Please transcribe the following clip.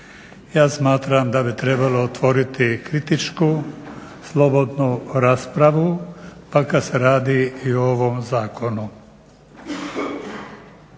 smatram da bi trebalo otvoriti kritičku slobodnu raspravu pa kada se radi i o ovom Zakonu.